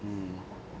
mm